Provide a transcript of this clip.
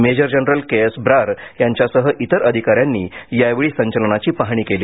major general K S Brar यांच्यासह तिर अधिकाऱ्यांनी यावेळी संचलनाची पाहणी केली